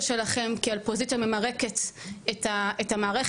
הפוזיציה שלכם כעל פוזיציה ממרקת את המערכת,